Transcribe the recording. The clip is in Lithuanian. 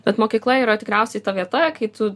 bet mokykla yra tikriausiai ta vieta kai tu